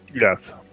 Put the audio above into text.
yes